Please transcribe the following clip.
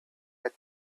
let